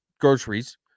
groceries